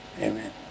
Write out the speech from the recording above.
Amen